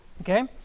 okay